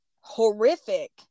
horrific